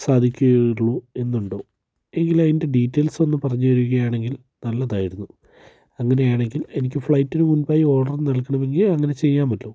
സാധിക്കുകയുള്ളൂ എന്നുണ്ടോ എങ്കിൽ അതിൻ്റെ ഡീറ്റെയിൽസ് ഒന്നു പറഞ്ഞു തരികയാണെങ്കിൽ നല്ലതായിരുന്നു അങ്ങനെ ആണെങ്കിൽ എനിക്ക് ഫ്ലൈറ്റിന് മുമ്പായി ഓർഡർ നൽകണമെങ്കിൽ അങ്ങനെ ചെയ്യാമല്ലോ